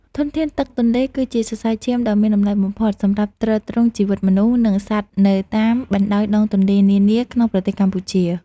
ធនធានទឹកទន្លេគឺជាសរសៃឈាមដ៏មានតម្លៃបំផុតសម្រាប់ទ្រទ្រង់ជីវិតមនុស្ស និង សត្វនៅតាមបណ្តោយដងទន្លេនានាក្នុងប្រទេសកម្ពុជា។